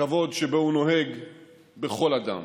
והכבוד שבו הוא נוהג בכל אדם.